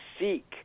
seek